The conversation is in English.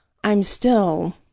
i'm still